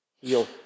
heal